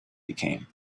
became